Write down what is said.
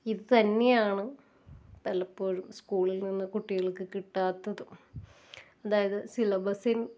ഇത് തന്നെയാണ് പലപ്പോഴും സ്കൂളില് നിന്ന് കുട്ടികൾക്ക് കിട്ടാത്തത് അതായത് സിലബസില്